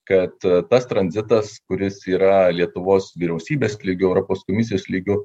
kad tas tranzitas kuris yra lietuvos vyriausybės lygiu europos komisijos lygiu